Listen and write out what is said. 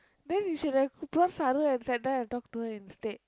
then you should have brought Saro and talked to her instead